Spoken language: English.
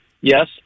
Yes